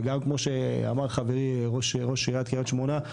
וגם כמו שאמר חברי ראש עיריית קריית שמונה,